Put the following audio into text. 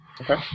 Okay